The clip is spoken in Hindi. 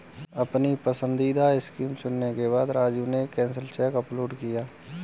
अपनी पसंदीदा स्कीम चुनने के बाद राजू ने एक कैंसिल चेक अपलोड किया